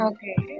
Okay